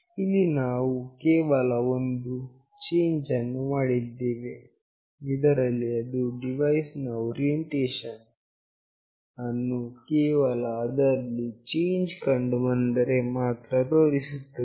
ಇಲ್ಲಿ ನಾವು ಕೇವಲ ಒಂದು ಚೇಂಜ್ ಅನ್ನು ಮಾಡಿದ್ದೇವೆ ಇದರಲ್ಲಿ ಅದು ಡಿವೈಸ್ ನ ಓರಿಯೆಂಟೇಷನ್ ಅನ್ನು ಕೇವಲ ಅದರಲ್ಲಿ ಚೇಂಜ್ ಕಂಡುಬಂದಲ್ಲಿ ಮಾತ್ರ ತೋರಿಸುತ್ತದೆ